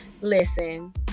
Listen